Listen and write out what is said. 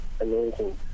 amazing